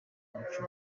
umuco